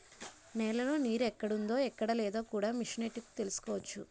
నేలలో నీరెక్కడుందో ఎక్కడలేదో కూడా మిసనెట్టి తెలుసుకోవచ్చు